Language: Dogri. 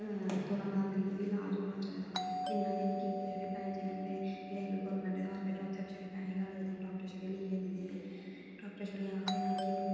थोह्ड़ा मता फ्री बी ईलाज होना चाहिदा इन्ना बी निं कि गौरैमंट्ट डाक्टर छड़े लिखियै दिंदे न ते डाक्टर छड़े आखदे न कि